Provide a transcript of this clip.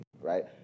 right